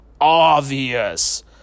obvious